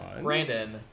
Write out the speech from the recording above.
Brandon